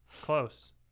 Close